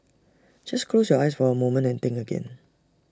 just close your eyes for A moment and think again